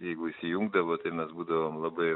jeigu įsijungdavo tai mes būdavom labai